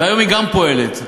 וגם היום היא פועלת.